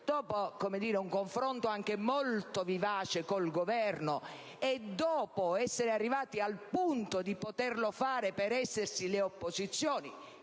dopo un confronto anche molto vivace con il Governo e dopo essere arrivati al punto di poterlo fare per essersi le opposizioni